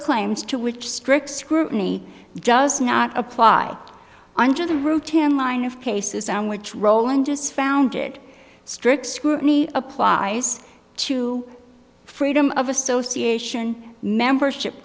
claims to which strict scrutiny does not apply under the root tan line of cases on which roland just found it strict scrutiny applies to freedom of association membership